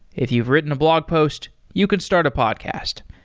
if you've written a blog post, you can start a podcast.